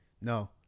no